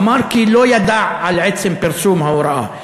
אמר כי לא ידע על עצם פרסום ההוראה.